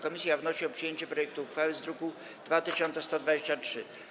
Komisja wnosi o przyjęcie projektu uchwały z druku nr 2123.